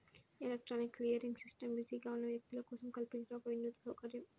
electronic clearing system బిజీగా ఉన్న వ్యక్తుల కోసం కల్పించిన ఒక వినూత్న సౌకర్యం